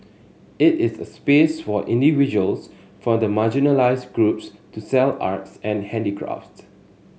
it is a space for individuals from the marginalised groups to sell arts and handicrafts